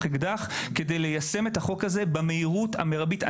אקדח כדי ליישם את החוק הזה במהירות המרבית.